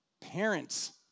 Parents